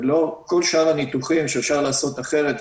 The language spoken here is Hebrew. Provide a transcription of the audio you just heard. כל שאר הניתוחים שאפשר לעשות אחרת,